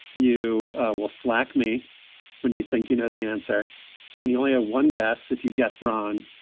you will slack me when you think you know the answer and you only have one gas. if you guessed wrong,